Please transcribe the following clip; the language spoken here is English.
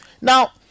Now